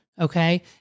Okay